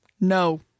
No